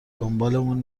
دنبالمون